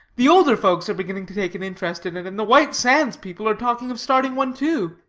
the older folks are beginning to take an interest in it and the white sands people are talking of starting one too.